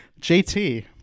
JT